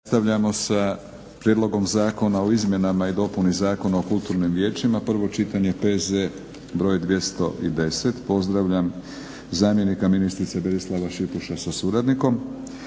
prijedlogom Zakona o izmjenama i dopunama Zakona o kulturnim vijećima, prvo čitanje, P.Z. br. 210 Pozdravljam zamjenika ministrice Berislava Šipuša sa suradnikom.